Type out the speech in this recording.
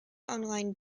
online